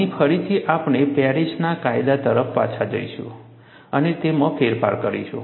અહીં ફરીથી આપણે પેરિસના કાયદા તરફ પાછા જઈશું અને તેમાં ફેરફાર કરીશું